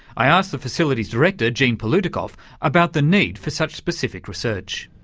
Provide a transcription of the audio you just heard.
i asked the facility's director jean palutikof about the need for such specific research.